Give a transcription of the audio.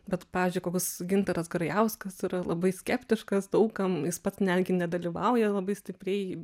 bet pavyzdžiui koks gintaras grajauskas yra labai skeptiškas daug kam jis pats netgi nedalyvauja labai stipriai